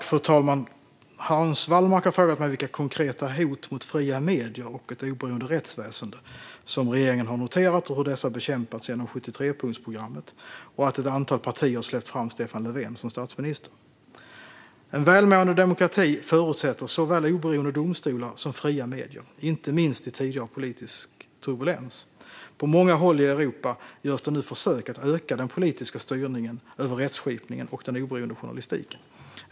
Fru talman! har frågat mig vilka konkreta hot mot fria medier och ett oberoende rättsväsen som regeringen har noterat och hur dessa bekämpats genom 73-punktsprogrammet och att ett antal partier har släppt fram Stefan Löfven som statsminister. En välmående demokrati förutsätter såväl oberoende domstolar som fria medier, inte minst i tider av politisk turbulens. På många håll i Europa görs det nu försök att öka den politiska styrningen över rättskipningen och den oberoende journalistiken.